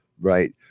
Right